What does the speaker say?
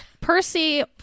Percy